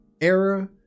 era